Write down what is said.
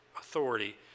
authority